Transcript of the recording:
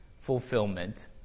fulfillment